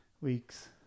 weeks